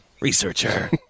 researcher